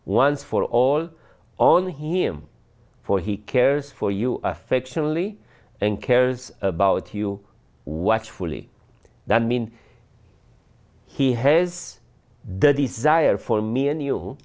once for all on him for he cares for you affectionately and cares about you watchfully that mean he has the desire for me and you